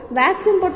vaccine